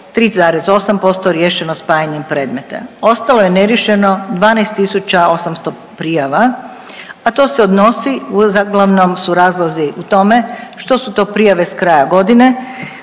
3,8% riješeno spajanjem predmeta. Ostalo je neriješeno 12800 prijava, a to se odnosi uglavnom su razlozi u tome što su to prijave s kraja godine